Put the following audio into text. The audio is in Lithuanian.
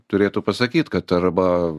turėtų pasakyt kad arba